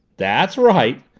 that's right!